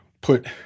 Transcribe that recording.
put